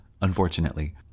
unfortunately